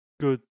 good